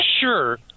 sure